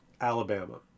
Alabama